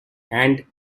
and